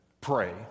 Pray